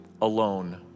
alone